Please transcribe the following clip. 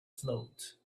float